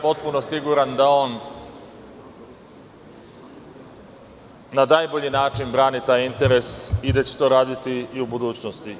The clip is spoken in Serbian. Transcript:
Potpuno sam siguran da on na najbolji način brani te interese i da će to raditi i u budućnosti.